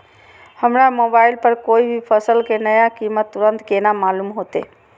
हमरा मोबाइल पर कोई भी फसल के नया कीमत तुरंत केना मालूम होते?